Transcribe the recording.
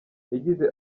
yagize